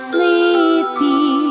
Sleepy